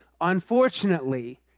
unfortunately